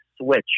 switch